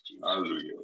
Hallelujah